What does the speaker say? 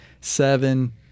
seven